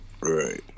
Right